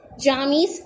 jammies